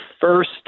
first